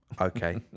Okay